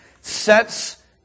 sets